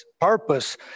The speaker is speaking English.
purpose